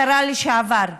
השרה לשעבר,